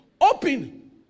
Open